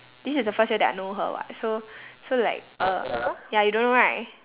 this is the first year that I know her [what] so so like uh ya you don't know right